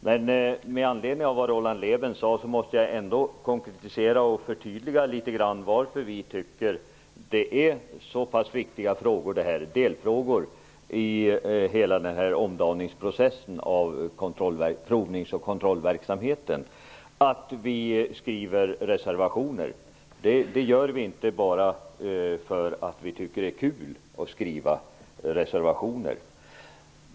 Men med anledning av det Roland Lében sade måste jag ändå konkretisera och förtydliga litet varför vi tycker att dessa delfrågor i hela omdaningsprocessen av provnings och kontrollverksamheten är så pass viktiga att vi skriver reservationer. Det gör vi inte bara för att vi tycker att det är kul att skriva reservationer.